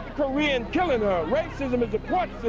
korean killing her, racism is the court